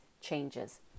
changes